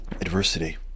adversity